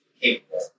capable